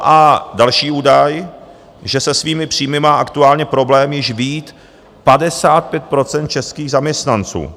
A další údaj, že se svými příjmy má aktuálně problém již vyjí 55 % českých zaměstnanců.